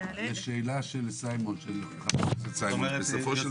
זאת אומרת,